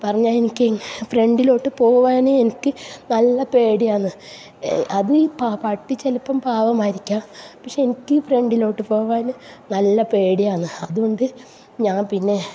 പറഞ്ഞാൽ എനിക്കെങ്ങനാണ് ഫ്രണ്ടിലോട്ട് പോവണെ എനിക്ക് നല്ല പേടിയാണ് അത് പട്ടി ചിലപ്പോൾ പാവമായിരിക്കാം പക്ഷേ എനിക്ക് ഫ്രണ്ടിലോട്ട് പോവാൻ നല്ല പേടിയാണ് അതുകൊണ്ട് ഞാൻ പിന്നെ